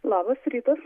labas rytas